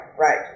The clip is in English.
right